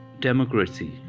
Democracy